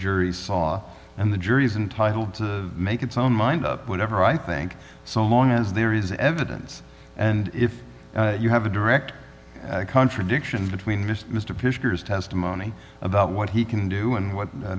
jury saw and the jury's entitle to make its own mind up whatever i think so long as there is evidence and if you have a direct contradiction between mr pictures testimony about what he can do and what